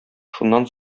шуннан